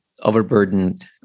overburdened